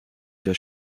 der